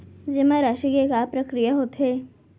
जेमा राशि के का प्रक्रिया होथे?